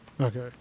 Okay